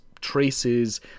traces